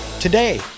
Today